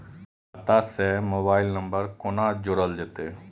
खाता से mobile number कोना जोरल जेते?